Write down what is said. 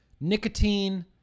nicotine